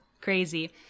crazy